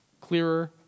clearer